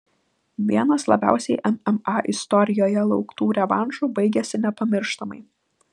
vienas labiausiai mma istorijoje lauktų revanšų baigėsi nepamirštamai